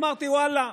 אמרתי: ואללה,